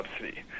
subsidy